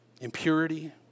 impurity